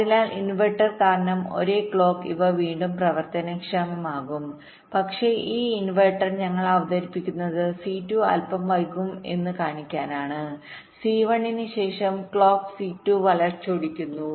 അതിനാൽ ഇൻവെർട്ടർ കാരണം ഒരേ ക്ലോക്ക് ഇവ രണ്ടും പ്രവർത്തനക്ഷമമാക്കും പക്ഷേ ഈ ഇൻവെർട്ടർ ഞങ്ങൾ അവതരിപ്പിക്കുന്നത് C2 അൽപം വൈകും എന്ന് കാണിക്കാനാണ് C1 ന് ശേഷം ക്ലോക്ക് C2 വളച്ചൊടിക്കുന്നു